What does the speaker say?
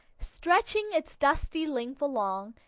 stretching its dusty length along,